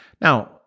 Now